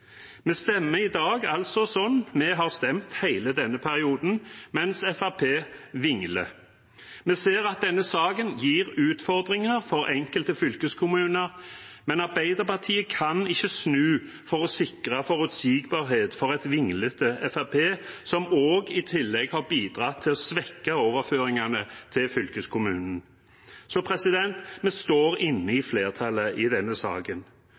Vi stemmer i dag sånn som vi har stemt hele denne perioden, mens Fremskrittspartiet vingler. Vi ser at denne saken gir utfordringer for enkelte fylkeskommuner, men Arbeiderpartiet kan ikke snu for å sikre forutsigbarhet for et vinglete Fremskrittsparti, som i tillegg har bidratt til å svekke overføringene til fylkeskommunene. Vi står inne i flertallet i denne saken.